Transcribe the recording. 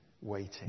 waiting